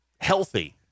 healthy